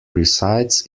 resides